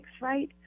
right